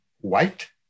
white